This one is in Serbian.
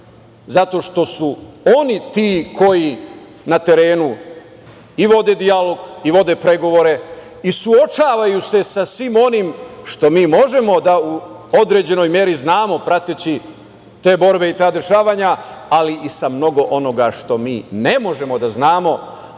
zato što su oni ti koji na terenu i vode dijalog i vode pregovore i suočavaju se sa svim onim što mi možemo da u određenoj meri znamo prateći te borbe i ta dešavanja, ali i sa mnogo onoga što mi ne možemo da znamo,